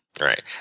Right